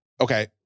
Okay